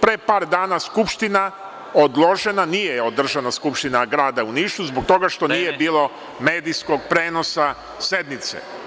pre par dana Skupština odložena, nije održana Skupština grada u Nišu zbog toga što nije bilo medijskog prenosa sednice.